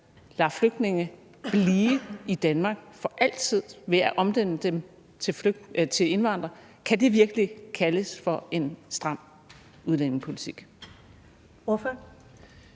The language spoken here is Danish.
lader flygtninge blive i Danmark for altid ved at omdanne dem til indvandrere, virkelig kaldes for en stram udlændingepolitik?